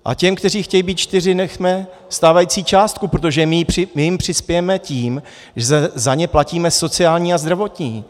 A těm, kteří chtějí být čtyři, nechme stávající částku, protože my jim přispějeme tím, že za ně platíme sociální a zdravotní.